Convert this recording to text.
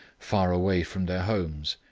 far away from their homes,